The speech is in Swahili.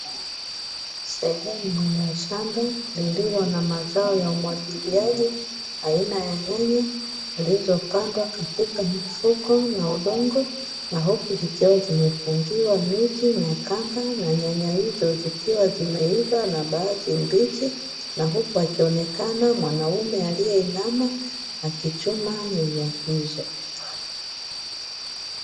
Sehemu yenye shamba iliyo na mazao ya umwagiliaji aina ya nyanya, zilizopandwa katika mifuko na udongo na huku zikiwa zimefungiwa miti na kamba, na nyanya hizo zikiwa zimeiva na baadhi mbichi, na huku akionekana mwanaume aliyeinama akichuma nyanya hizo.